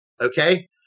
okay